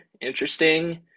Interesting